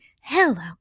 Hello